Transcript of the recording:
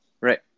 right